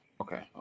Okay